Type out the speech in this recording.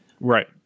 Right